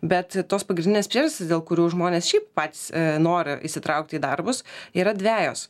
bet tos pagrindinės priežastys dėl kurių žmonės šiaip patys nori įsitraukti į darbus yra dvejos